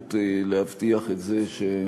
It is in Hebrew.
מחויבות להבטיח את זה שהעובדים,